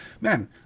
man